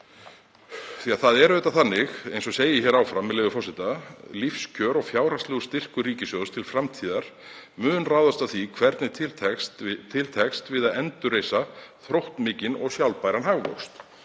því það er auðvitað þannig, eins og segir hér áfram, með leyfi forseta, að „lífskjör og fjárhagslegur styrkur ríkissjóðs til framtíðar mun ráðast af því hvernig til tekst við að endurreisa þróttmikinn og sjálfbæran hagvöxt.“